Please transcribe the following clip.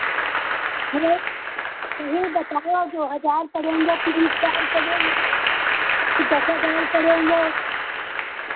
अरे सही बताओ दो हज़ार पड़ेंगे तीन हज़ार पड़ेंगे कि दस हज़ार पड़ेंगे